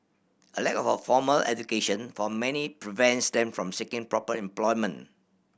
a lack of formal education for many prevents them from seeking proper employment